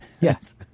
Yes